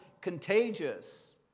contagious